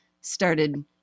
started